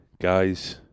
guys